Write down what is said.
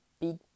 big